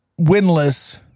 winless